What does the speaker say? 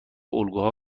الگوها